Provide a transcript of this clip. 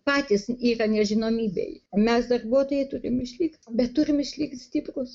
patys yra nežinomybėj mes darbuotojai turim išlikt bet turime išlikt stiprūs